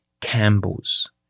Campbell's